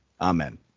Amen